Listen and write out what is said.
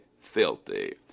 filthy